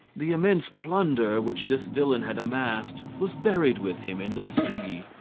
the immense plunder which this villain had amassed, was buried with him in the sea,